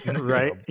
right